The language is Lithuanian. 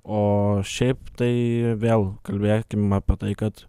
o šiaip tai vėl kalbėkim apie tai kad